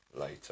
later